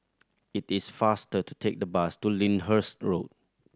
it is faster to take the bus to Lyndhurst Road